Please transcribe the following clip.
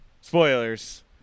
spoilers